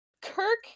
kirk